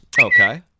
Okay